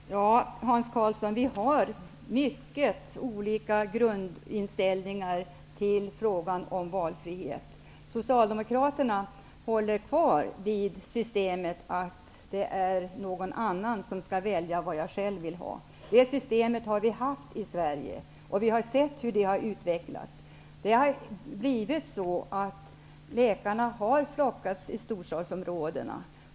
Fru talman! Ja, Hans Karlsson, vi har mycket olika grundinställning i frågan om valfrihet. Socialdemokraterna håller kvar vid systemet att det är någon annan som skall välja vad jag själv vill ha. Det systemet har vi haft i Sverige, och vi har sett hur det har utvecklats. Det har blivit så att läkarna har flockats i storstadsområdena.